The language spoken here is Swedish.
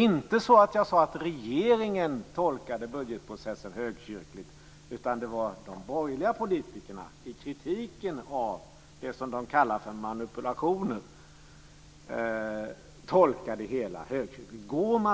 Sedan sade jag inte att regeringen tolkade budgetprocessen högkyrkligt, utan det var de borgerliga politikerna som i kritiken av det som de kallar manipulationer tolkade det hela högkyrkligt. Gå